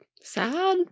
Sad